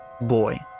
boy